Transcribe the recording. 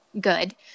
good